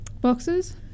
boxes